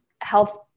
health